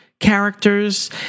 characters